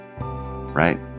right